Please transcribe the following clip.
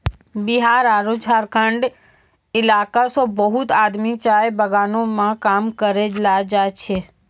बिहार आरो झारखंड इलाका सॅ बहुत आदमी चाय बगानों मॅ काम करै ल जाय छै